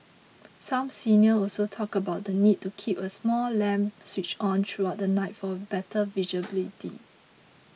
some seniors also talked about the need to keep a small lamp switched on throughout the night for better visibility